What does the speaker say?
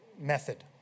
method